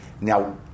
Now